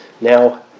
now